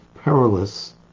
perilous